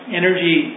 energy